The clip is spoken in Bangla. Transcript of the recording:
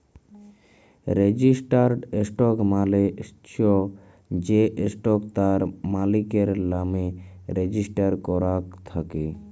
রেজিস্টার্ড স্টক মালে চ্ছ যে স্টক তার মালিকের লামে রেজিস্টার করাক থাক্যে